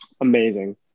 amazing